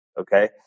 Okay